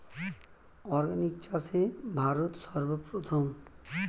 organic চাষে ভারত সর্বপ্রথম